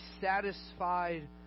satisfied